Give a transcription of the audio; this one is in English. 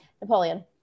Napoleon